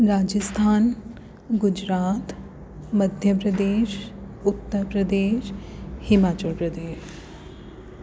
Rajasthan Gujarat Madhya Pradesh Uttar Pradesh Himachal Pradesh